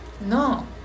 no